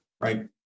right